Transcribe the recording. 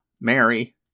Mary